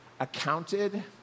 accounted